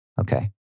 Okay